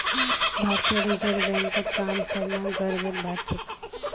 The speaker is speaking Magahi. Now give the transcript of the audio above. भारतीय रिजर्व बैंकत काम करना गर्वेर बात छेक